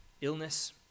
illness